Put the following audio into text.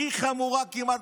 הכי חמורה כמעט